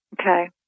Okay